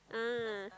ah